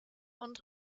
und